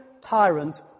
tyrant